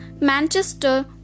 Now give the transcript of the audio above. manchester